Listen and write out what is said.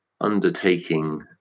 undertaking